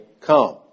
come